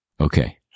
Okay